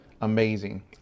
amazing